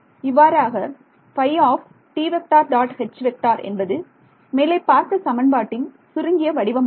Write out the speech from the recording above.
இவ்வாறாக என்பது மேலே பார்த்த சமன்பாட்டின் சுருங்கிய வடிவமாகும்